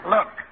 Look